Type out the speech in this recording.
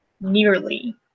Nearly